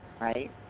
Right